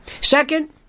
Second